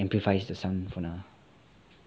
amplifies the sound from